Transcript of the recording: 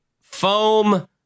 foam